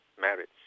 marriage